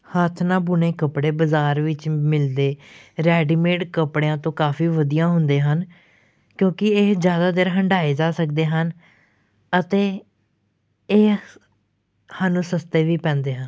ਹੱਥ ਨਾਲ ਬੁਣੇ ਕੱਪੜੇ ਬਜ਼ਾਰ ਵਿੱਚ ਮਿਲਦੇ ਰੈਡੀਮੇਡ ਕੱਪੜਿਆਂ ਤੋਂ ਕਾਫੀ ਵਧੀਆ ਹੁੰਦੇ ਹਨ ਕਿਉਂਕਿ ਇਹ ਜ਼ਿਆਦਾ ਦੇਰ ਹੰਢਾਏ ਜਾ ਸਕਦੇ ਹਨ ਅਤੇ ਇਹ ਸਾਨੂੰ ਸਸਤੇ ਵੀ ਪੈਂਦੇ ਹਨ